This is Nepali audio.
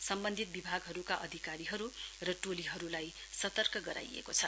सम्बन्धित विभागहरूका अधिकारीहरू र टोलीहरूलाई सतर्क गराइएको छ